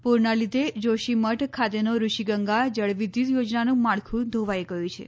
પુરના લીધે જોશીમઠ ખાતેનો ઋષીગંગા જળ વિદ્યત થોજનાનું માળખું ધોવાઈ ગયું છે